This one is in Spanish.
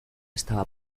estaba